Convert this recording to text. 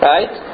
Right